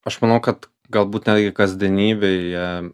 aš manau kad galbūt netgi kasdienybėje